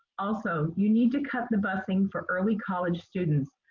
also, you need to cut the busing for early college students.